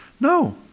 No